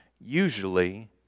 Usually